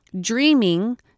Dreaming